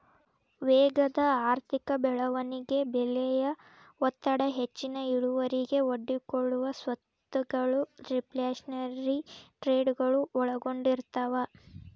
ವೇಗದ ಆರ್ಥಿಕ ಬೆಳವಣಿಗೆ ಬೆಲೆಯ ಒತ್ತಡ ಹೆಚ್ಚಿನ ಇಳುವರಿಗೆ ಒಡ್ಡಿಕೊಳ್ಳೊ ಸ್ವತ್ತಗಳು ರಿಫ್ಲ್ಯಾಶನರಿ ಟ್ರೇಡಗಳು ಒಳಗೊಂಡಿರ್ತವ